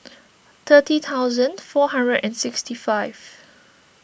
thirty thousand four hundred and sixty five